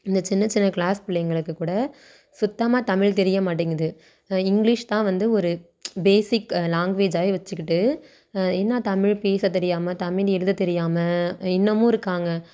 இந்த சின்ன சின்ன க்ளாஸ் பிள்ளைங்களுக்கு கூட சுத்தமாக தமிழ் தெரிய மாட்டேங்கிது இங்கிலீஷ்தான் வந்து ஒரு பேஸிக் லாங்குவேஜாகவே வச்சுக்கிட்டு என்ன தமிழ் பேச தெரியாமல் தமிழ் எழுத தெரியாமல் இன்னமும் இருக்காங்க